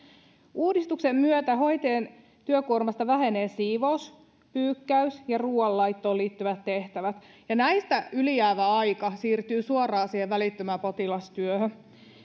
uudistuksen myötä hoitajien työkuormasta vähenee siivous pyykkäys ja ruuanlaittoon liittyvät tehtävät ja näistä yli jäävä aika siirtyy suoraan välittömään potilastyöhön